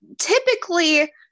typically